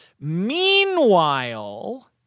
Meanwhile